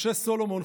משה סולומון,